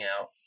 out